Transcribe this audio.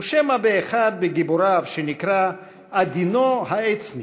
ושמא באחד מגיבוריו, שנקרא עדינו העצני